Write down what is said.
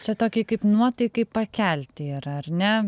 čia tokiai kaip nuotaikai pakelti yra ar ne